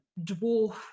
dwarf